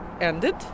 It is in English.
ended